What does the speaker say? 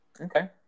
Okay